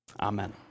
Amen